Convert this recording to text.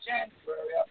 January